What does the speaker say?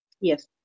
Yes